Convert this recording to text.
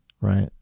right